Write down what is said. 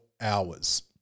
hours